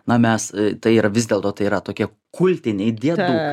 na mes tai yra vis dėl to tai yra tokie kultiniai diedukai